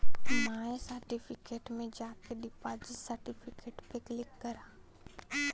माय certificate में जाके deposit certificate पे क्लिक करा